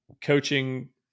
coaching